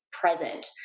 present